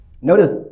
Notice